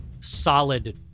solid